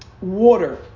Water